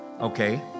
Okay